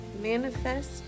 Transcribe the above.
Manifest